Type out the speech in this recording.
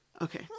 Okay